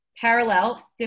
parallel